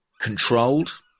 controlled